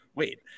Wait